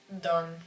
done